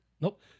nope